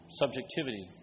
subjectivity